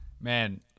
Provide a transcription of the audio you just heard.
man